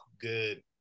good